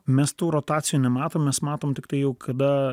mes tų rotacijų nematom mes matom tiktai jau kada